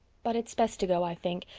but it's best to go, i think,